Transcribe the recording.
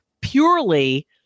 purely